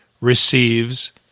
receives